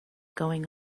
going